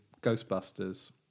Ghostbusters